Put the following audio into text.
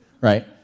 Right